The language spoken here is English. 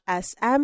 SM